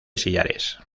sillares